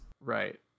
right